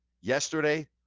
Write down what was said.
yesterday